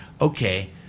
Okay